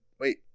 wait